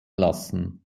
lassen